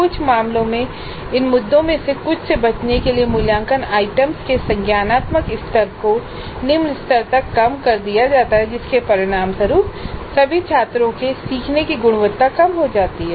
कुछ मामलों में इन मुद्दों में से कुछ से बचने के लिए मूल्यांकन आइटम्स के संज्ञानात्मक स्तर को निम्न स्तर तक कम कर दिया जाता है जिसके परिणामस्वरूप सभी छात्रों के सीखने की गुणवत्ता कम हो जाती है